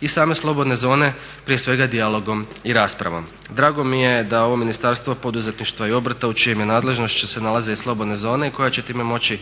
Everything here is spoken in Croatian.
i same slobodne zone prije svega dijalogom i raspravom. Drago mi je da ovo Ministarstvo poduzetništva i obrta u čijoj se nadležnosti nalaze i slobodne zone koje će time moći